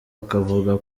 akavuga